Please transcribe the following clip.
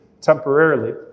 temporarily